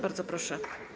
Bardzo proszę.